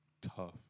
tough